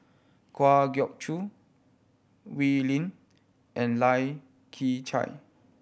Kwa Geok Choo Wee Lin and Lai Kew Chai